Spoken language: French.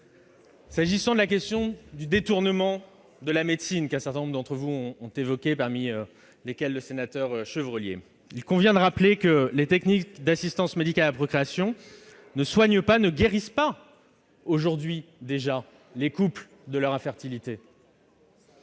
S'agissant de la question du détournement de la médecine, qu'un certain nombre d'entre vous ont évoquée, parmi lesquels le sénateur Chevrollier, il convient de rappeler que les techniques d'assistance médicale à la procréation ne soignent pas et ne guérissent pas les couples de leur infertilité